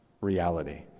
reality